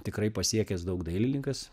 tikrai pasiekęs daug dailininkas